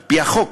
על-פי החוק,